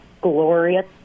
glorious